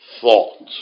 thought